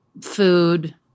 food